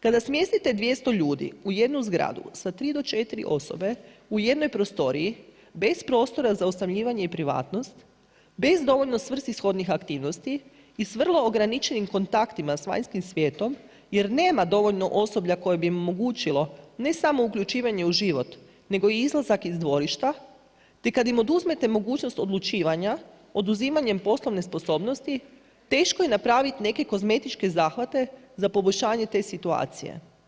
Kada smjestite 200 ljudi u jednu zgradu sa 3 do 4 osobe u jednoj prostoriji, bez prostora za osamljivanje i privatnost, bez dovoljno svrsishodnih aktivnosti i s vrlo ograničenim kontaktima sa vanjskim svijetom, jer nema dovoljno osoblja koji bi omogućilo, ne samo uključivanje u život, nego i izlazak iz dvorišta, te kad im oduzmete mogućnost odlučivanja, oduzimanje poslovne sposobnosti, teško je napraviti neke kozmetičke zahvate, za poboljšanje te situacije.